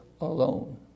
alone